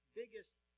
biggest